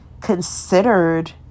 considered